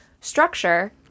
structure